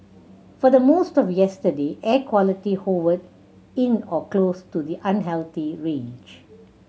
for the most of yesterday air quality hovered in or close to the unhealthy range